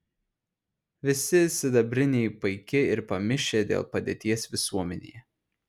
visi sidabriniai paiki ir pamišę dėl padėties visuomenėje